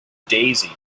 daisy